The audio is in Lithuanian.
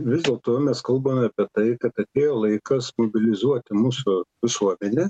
vis dėlto mes kalbame apie tai kad atėjo laikas mobilizuoti mūsų visuomenę